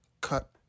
cut